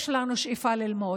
יש לנו שאיפה ללמוד,